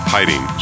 Hiding